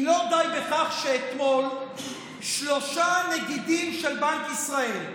אם לא די בכך שאתמול שלושה נגידים של בנק ישראל,